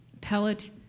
pellet